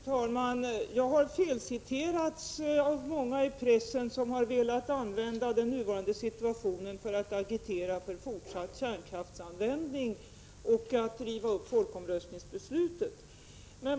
Fru talman! Jag har felciterats av många i pressen som har velat använda den nuvarande situationen för att agitera för fortsatt kärnkraftsanvändning och för att folkomröstningsbeslutet skall rivas upp.